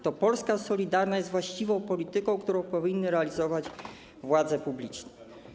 To Polska solidarna jest właściwą polityką, którą powinny realizować władze publiczne.